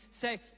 say